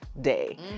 day